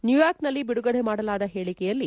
ನ್ಯೂಯಾರ್ಕ್ನಲ್ಲಿ ಬಿಡುಗಡೆ ಮಾಡಲಾದ ಹೇಳಕೆಯಲ್ಲಿ